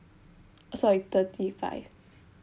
oh sorry thirty five